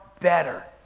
better